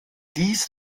dies